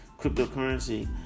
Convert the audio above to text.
cryptocurrency